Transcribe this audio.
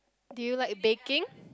do you like baking